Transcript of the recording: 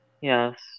Yes